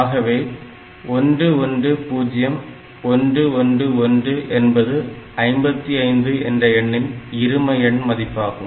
ஆகவே 110111 என்பது 55 என்ற எண்ணின் இருமஎண் மதிப்பாகும்